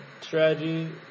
strategy